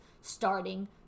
starting